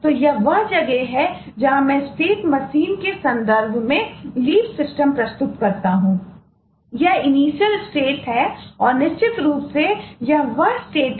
तो यह वह जगह है जहां मैं स्टेट मशीन है